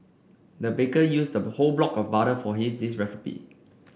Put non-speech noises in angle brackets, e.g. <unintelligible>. the baker used <unintelligible> whole block of butter for this recipe